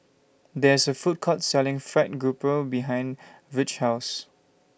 There IS A Food Court Selling Fried Grouper behind Virge's House